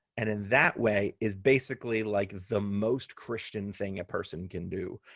and then that way is basically like the most christian thing a person can do,